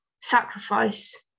sacrifice